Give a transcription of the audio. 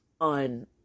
on